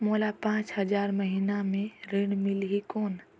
मोला पांच हजार महीना पे ऋण मिलही कौन?